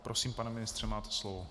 Prosím, pane ministře, máte slovo.